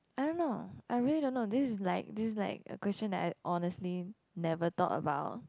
I don't know I really don't know this is like this is like a question that I honestly never thought about